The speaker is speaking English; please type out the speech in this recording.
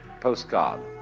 postcard